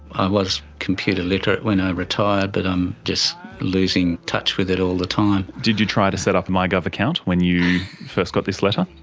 i was computer literate when i retired but i'm just losing touch with it all the time. did you try to set up a mygov account when you first got this letter?